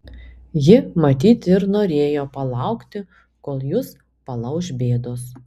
ji matyt ir norėjo palaukti kol jus palauš bėdos